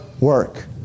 work